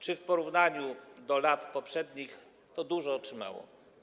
Czy w porównaniu do lat poprzednich to dużo, czy mało?